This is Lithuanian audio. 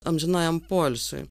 amžinajam poilsiui